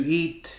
eat